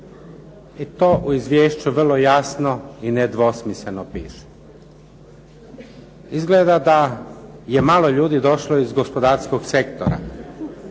I to u izvješću vrlo jasno i nedvosmisleno piše. Izgleda da je malo ljudi došlo iz gospodarskog sektora,